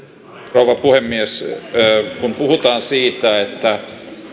rouva puhemies kun puhutaan siitä että